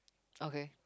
okay